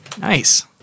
Nice